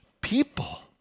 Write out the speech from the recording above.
people